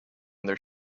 their